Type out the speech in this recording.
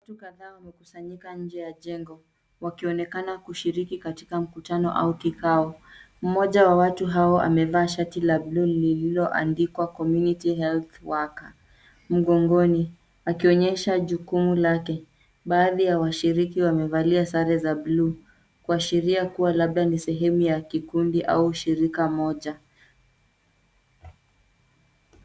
Watu kadhaa wamekusanyika nje ya jengo, wakionekana kushiriki katika mkutano au kikao. Mmoja wa watu hao amevaa shati la buluu lililoandikwa community health worker , mgongoni akionyesha jukumu lake. Baadhi ya washiriki wamevalia sare za buluu, kuashiria kuwa labda ni sehemu ya kikundi au shirika moja.